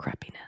crappiness